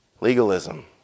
Legalism